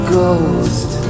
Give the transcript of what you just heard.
ghost